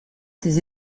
ses